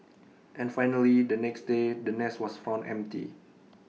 and finally the next day the nest was found empty